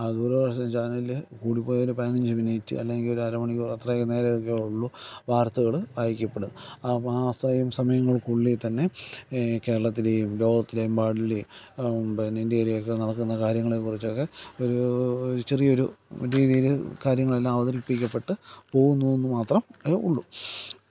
ആ ദൂരദർശൻ ചാനൽ കൂടിപ്പോയാൽ ഒരു പതിനഞ്ച് മിനിറ്റ് അല്ലെങ്കിൽ ഒരര മണിക്കൂർ അത്രയും നേരമൊക്കെയേ ഉള്ളൂ വാർത്തകൾ വായിക്കപ്പെടും ആ അത്രയും സമയങ്ങൾക്കുള്ളിൽ തന്നെ കേരളത്തിലെയും ലോകത്തിലെമ്പാടിലെയും പിന്നെ ഇന്ത്യയിലൊക്കെ നടക്കുന്ന കാര്യങ്ങളെ കുറിച്ചൊക്കെ ഒരു ചെറിയൊരു രീതിയിൽ കാര്യങ്ങളെല്ലാം അവതരിപ്പിക്കപ്പെട്ട് പോകുന്നു എന്ന് മാത്രമേ ഉള്ളൂ